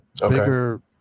bigger